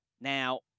Now